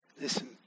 listen